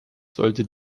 sollte